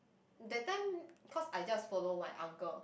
that time cause I just follow my uncle